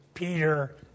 Peter